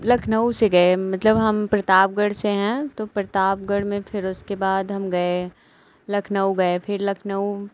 लखनऊ से गए मतलब हम प्रतापगढ़ से हैं तो प्रतापगढ़ में फिर उसके बाद हम गए लखनऊ गए फिर लखनऊ